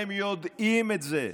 אתם יודעים את זה.